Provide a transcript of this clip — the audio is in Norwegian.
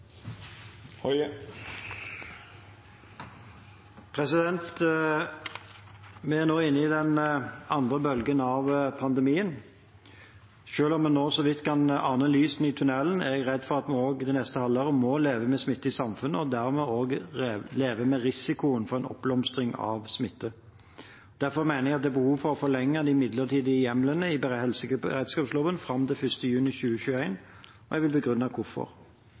nå inne i den andre bølgen av pandemien. Selv om vi nå så vidt kan ane lys i tunnelen, er jeg redd for at vi også det neste halvåret må leve med smitte i samfunnet og dermed også med risikoen for en oppblomstring av smitten. Derfor mener jeg det er behov for å forlenge de midlertidige hjemlene i helseberedskapsloven fram til 1. juni 2021, og jeg vil begrunne hvorfor.